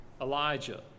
Elijah